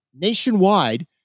nationwide